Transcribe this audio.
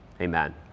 Amen